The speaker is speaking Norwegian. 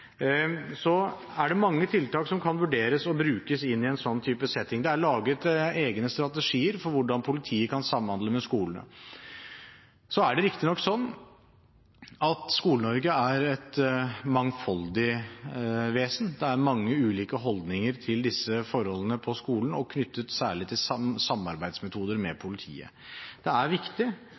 er det mange tiltak som kan vurderes og brukes i en sånn type setting. Det er laget egne strategier for hvordan politiet kan samhandle med skolene. Så er det riktignok sånn at Skole-Norge er et mangfoldig vesen. Det er mange ulike holdninger til disse forholdene på skolene, særlig knyttet til samarbeidsmetoder overfor politiet. Det er viktig